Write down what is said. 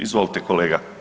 Izvolite kolega.